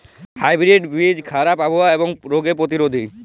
hybrid বীজ খারাপ আবহাওয়া এবং রোগে প্রতিরোধী